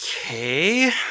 Okay